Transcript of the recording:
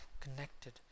connected